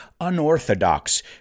unorthodox